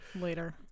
Later